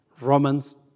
Romans